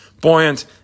buoyant